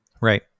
right